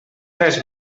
res